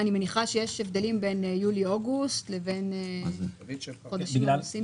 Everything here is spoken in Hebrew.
אני מניחה שיש הבדלים בין יולי אוגוסט לבין חודשים אחרים.